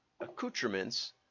accoutrements –